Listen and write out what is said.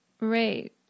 Right